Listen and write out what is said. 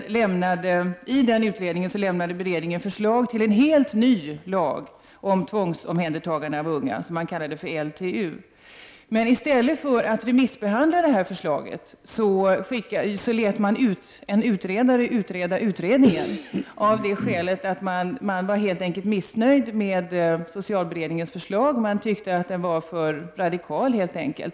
I den utredningen lämnade beredningen förslag till en helt ny lag om tvångsomhändertagande av unga, LTU. Men i stället för att remissbehandla detta förslag lät man en utredare utreda utredningen av det skälet att man helt enkelt var missnöjd med socialberedningens förslag. Man tyckte att det helt enkelt var för radikalt.